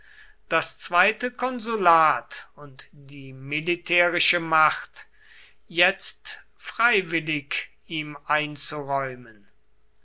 das zweite konsulat und die militärische macht jetzt freiwillig ihm einzuräumen